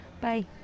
Bye